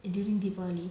during deepavali